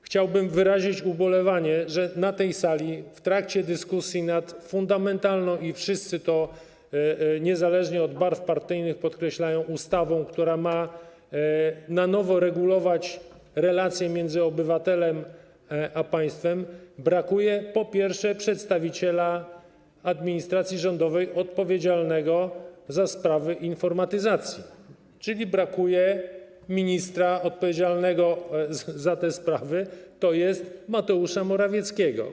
Chciałbym wyrazić ubolewanie, że na tej sali w trakcie dyskusji nad fundamentalną - i wszyscy, niezależnie od barw partyjnych, to podkreślają - ustawą, która ma na nowo regulować relacje między obywatelem a państwem, brakuje przedstawiciela administracji rządowej odpowiedzialnego za sprawy informatyzacji, czyli ministra odpowiedzialnego za te sprawy, tj. Mateusza Morawieckiego.